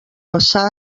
passà